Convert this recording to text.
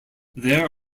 there